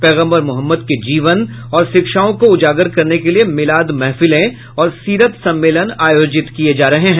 पैगम्बर मोहम्मद के जीवन और शिक्षाओं को उजागर करने के लिए मिलाद महफिलें और सीरत सम्मेलन आयोजित किये जा रहे हैं